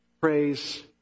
Praise